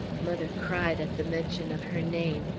mother cried at the mention of her name.